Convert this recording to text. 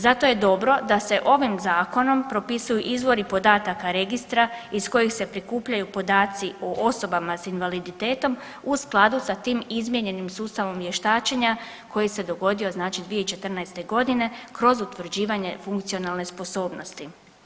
Zato je dobro da se ovim zakonom propisuju izvori podataka registra iz kojeg se prikupljaju podaci o osobama s invaliditetom u skladu sa tim izmijenjenim sustavom vještačenja koji se dogodio znači 2014.g. kroz utvrđivanje funkcionalne sposobnosti.